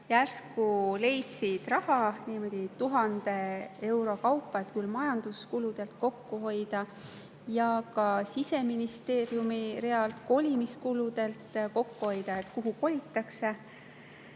järsku leidsid raha niimoodi 1000 euro kaupa, et küll [saadi] majanduskuludelt kokku hoida ja kui Siseministeerium sai kolimiskuludelt kokku hoida, siis kuhu kolitakse.